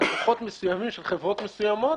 ללקוחות מסוימים של חברות מסוימות,